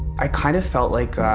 i kind of felt like